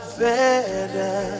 better